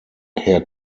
herr